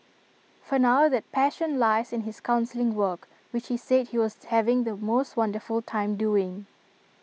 for now that passion lies in his counselling work which he said he was having the most wonderful time doing